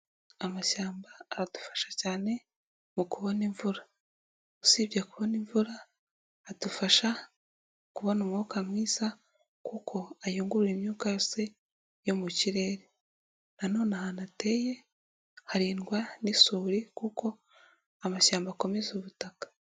Amashyamba aradufasha cyane mu kubona imvura. Usibye kubona imvura, adufasha kubona umwuka mwiza kuko ayungurura imyuka yose yo mu kirere. Nanone ahantu ateye harindwa n'isuri kuko amashyamba akomeza ubutaka.